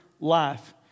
life